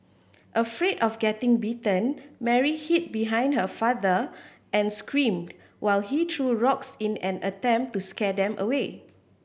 afraid of getting bitten Mary hid behind her father and screamed while he threw rocks in an attempt to scare them away